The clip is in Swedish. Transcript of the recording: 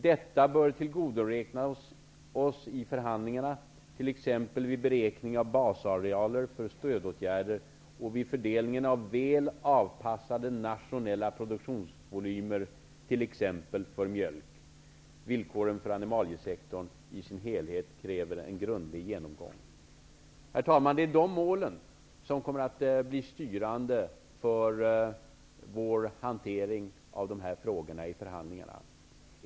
Detta bör tillgodoräknas oss i förhandlingarna, t.ex. vid beräkningarna av basarealer för stödåtgärder och vid fördelningen av väl avpassade nationella produktionsvolymer för t.ex. mjölk. Villkoren för animaliesektorn i sin helhet kräver en grundlig genomgång. Herr talman! Det är dessa mål som kommer att bli styrande för vår hantering av dessa frågor i förhandlingarna.